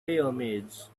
pyramids